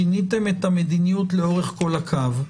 שיניתם את המדיניות לאורך כל הקו.